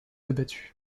abattus